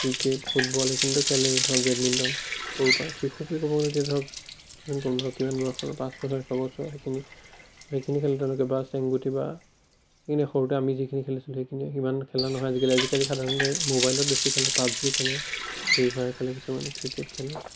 cricket football এইখিনিতো খেলেই ধৰক বেডমিণ্টন সৰুৰ পৰাই শিশু বুলি ক'ব গ'লে এতিয়া ধৰক কিমান কম ধৰক কিমান বয়সৰ পাঁচ বছৰ ছবছৰ সেইখিনি সেইখিনি খেল তেওঁলোকে বা চেংগুটি বা সেইখিনি সৰুতে আমি যিখিনি খেলিছিলো সেইখিনিয়েই সিমান খেলা নহয় আজিকালি আজিকালি সাধাৰণতে ম'বাইলত বেছি খেলে পাবজি খেলে ফ্ৰী ফায়াৰ খেলে কিছুমানে ক্ৰিকেট খেলে